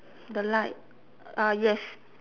the light ah yes